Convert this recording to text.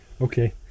Okay